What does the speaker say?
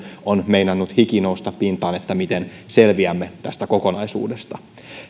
on meinannut hiki nousta pintaan että miten selviämme tästä kokonaisuudesta